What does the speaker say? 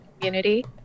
community